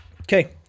Okay